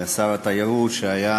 שר התיירות שהיה